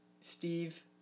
Steve